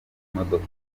modoka